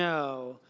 no.